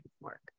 work